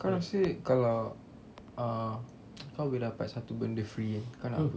kau rasa kalau uh kau boleh dapat satu benda free kau nak apa